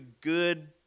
good